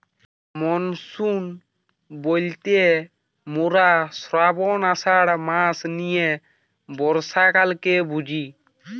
monsoon বইলতে মোরা শ্রাবন, আষাঢ় মাস নিয়ে বর্ষাকালকে বুঝি